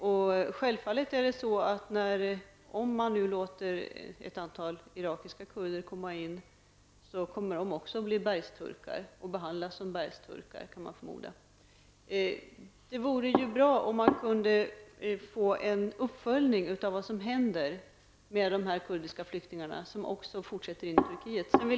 Om man låter ett antal irakiska kurder komma in i landet, kommer de också att bli bergsturkar och förmodligen behandlas som sådana. Det vore bra om man kunde få en uppföljning av vad som händer med dessa kurdiska flyktingar som också fortsätter i Turkiet.